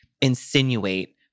insinuate